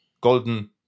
Golden